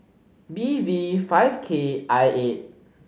B V five K I eight